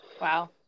Wow